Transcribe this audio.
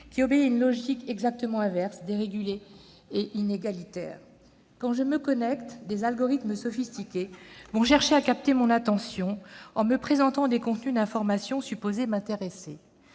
obéissant à une logique exactement inverse, dérégulé et inégalitaire. Quand je me connecte, des algorithmes sophistiqués cherchent à capter mon attention en me présentant des contenus d'information supposés m'intéresser.